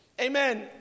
amen